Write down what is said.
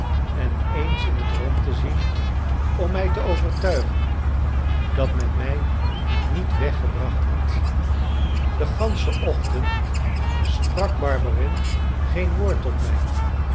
en eens in het rond te zien om mij te overtuigen dat men mij niet weggebracht had den ganschen ochtend sprak barberin geen woord tot mij